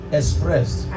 expressed